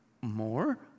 more